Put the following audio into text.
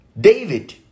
David